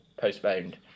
postponed